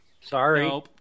Sorry